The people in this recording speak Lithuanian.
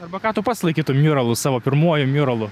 arba ką tu pats laikytum miuralu savo pirmuoju miuralu